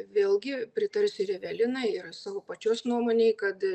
vėlgi pritarsiu ir evelinai ir savo pačios nuomonei kad